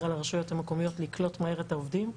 על הרשויות המקומיות לקלוט מהר את העובדים.